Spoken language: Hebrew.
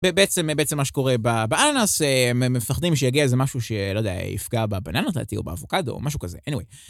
ב.. בעצם, בעצם מה שקורה ב.. באננס הם מפחדים שיגיע איזה משהו שלא יודע.. יפגע בבננות לדעתי או באבוקדו או משהו כזה, אניווי.